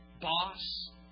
boss